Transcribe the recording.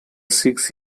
six